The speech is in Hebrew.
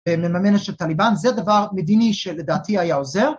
‫מממנת של טאליבן. ‫זה דבר מדיני שלדעתי היה עוזר.